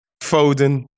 Foden